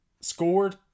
scored